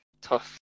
tough